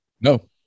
No